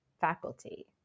faculty